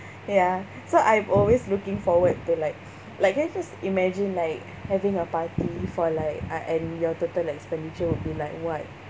ya so I'm always looking forward to like like can you just imagine like having a party for like uh and your total expenditure will be like what